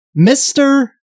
Mr